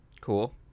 Cool